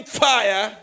fire